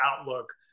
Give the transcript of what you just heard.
outlook